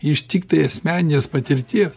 iš tiktai asmeninės patirties